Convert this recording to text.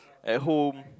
at home